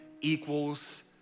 equals